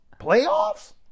Playoffs